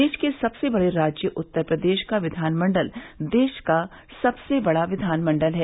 देश के सबसे बड़े राज्य उत्तर प्रदेश का विधानमंडल देश का सबसे बड़ा विधानमंडल है